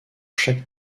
chaque